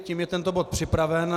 Tím je tento bod připraven.